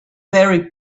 very